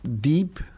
deep